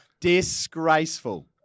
Disgraceful